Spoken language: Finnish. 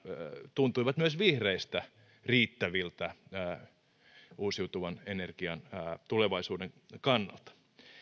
tuntuivat myös vihreistä riittäviltä uusiutuvan energian tulevaisuuden kannalta